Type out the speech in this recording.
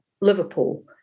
Liverpool